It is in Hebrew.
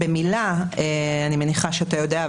אני מניחה שאתה יודע,